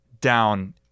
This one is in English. down